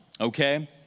okay